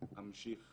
אמשיך